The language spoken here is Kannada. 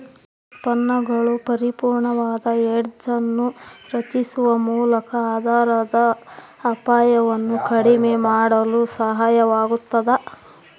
ಉತ್ಪನ್ನಗಳು ಪರಿಪೂರ್ಣವಾದ ಹೆಡ್ಜ್ ಅನ್ನು ರಚಿಸುವ ಮೂಲಕ ಆಧಾರದ ಅಪಾಯವನ್ನು ಕಡಿಮೆ ಮಾಡಲು ಸಹಾಯವಾಗತದ